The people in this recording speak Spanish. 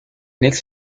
nick